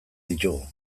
ditugu